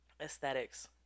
aesthetics